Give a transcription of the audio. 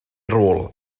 rôl